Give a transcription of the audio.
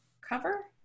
cover